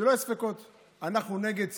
שלא יהיו ספקות: אנחנו נגד סיגריות,